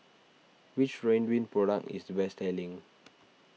which Ridwind product is the best selling